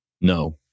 No